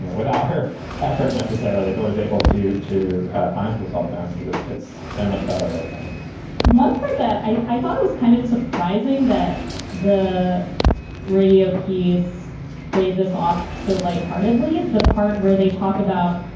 without her effort necessarily, but was able to to find herself found because it's it's so much better i think one part that i i thought it was kind of surprising that the radio piece played this off so lightheartedly, the part where they talk about,